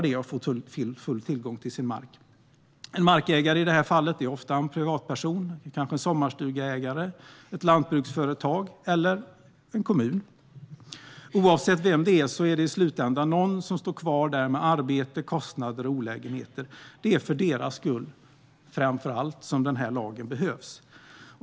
En markägare är ofta en privatperson, kanske en sommarstugeägare, ett lantbruksföretag eller en kommun. Oavsett vem det är blir det i slutändan någon som står kvar med arbete, kostnader och olägenheter. Det är framför allt för markägarnas skull som den här lagen behövs.